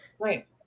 Right